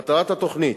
מטרת התוכנית,